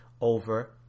over